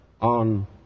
on